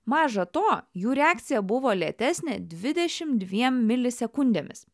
maža to jų reakcija buvo lėtesnė dvidešimt dviem milisekundėmis